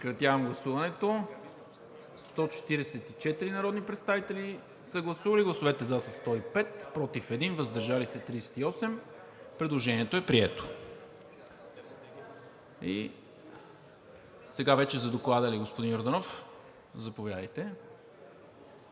Сега вече за Доклада, господин Йорданов, заповядайте.